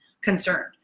concerned